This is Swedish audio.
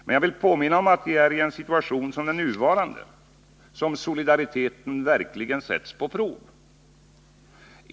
Men jag vill påminna om att det är i en situation som den nuvarande som solidariteten verkligen sätts på prov.